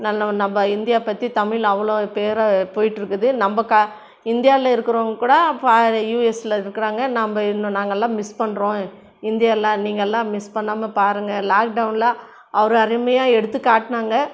நல்லவ நம்ம இந்தியா பற்றி தமிழ் அவ்வளோ பேராக போயிகிட்ருக்குது நம்ம க இந்தியாவில இருக்கிறவங்க கூட பா யூஎஸ்ல இருக்கிறாங்க நம்ம இன்னும் நாங்கெல்லாம் மிஸ் பண்ணுறோம் இந்தியாவில நீங்கெல்லாம் மிஸ் பண்ணாமல் பாருங்கள் லாக்டவுன்ல அவ்வளோ அருமையாக எடுத்துக்காட்டினாங்க